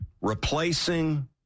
replacing